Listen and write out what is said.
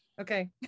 Okay